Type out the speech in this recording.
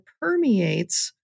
permeates